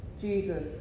Jesus